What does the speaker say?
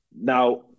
Now